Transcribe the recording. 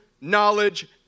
knowledge